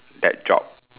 that job